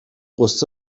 غصه